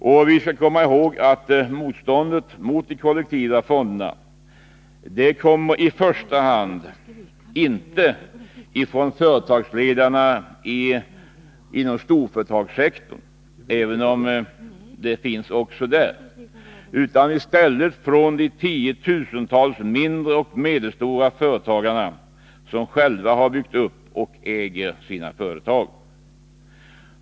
Och vi skall komma ihåg att motståndet mot de kollektiva fonderna inte i första hand kommer från företagsledarna i storföretagssektorn — även om det finns också där — utan i stället från de tiotusentals mindre och medelstora företagare som själva har byggt upp och äger sina företag.